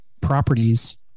properties